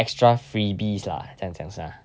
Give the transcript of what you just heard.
extra freebies lah 这样讲下